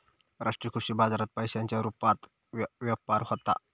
राष्ट्रीय कृषी बाजारात पैशांच्या रुपात व्यापार होता